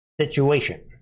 situation